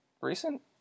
recent